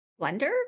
blender